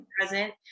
present